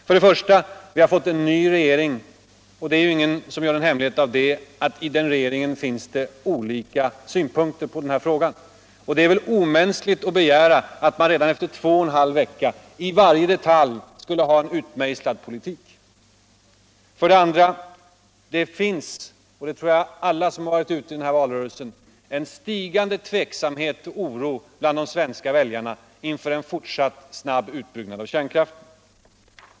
För det första: Vi har fått en ny regering, och det är ingen som gör någon hemlighet av att det i den regeringen finns olika synpunkter på den här frågan. Det är väl omänskligt att begära att man redan efter två och en halv vecka i varje detalj skulle ha en utmejslad politik. För det andra: Det finns, och det tror jag att alla som har varit ute i den här valrörelsen har märkt, en stigande tveksamhet och oro bland de svenska väljarna inför en fortsatt snabb utbyggnad av kärnkraften.